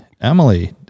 Emily